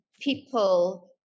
people